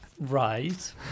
Right